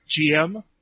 GM